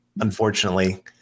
unfortunately